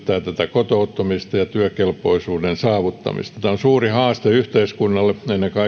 ja työkelpoisuuden saavuttamista tämä on suuri haaste yhteiskunnalle ennen kaikkea suomalaisille